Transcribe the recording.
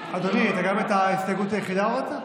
אדוני, גם את ההסתייגות היחידה הורדת?